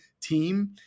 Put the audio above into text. team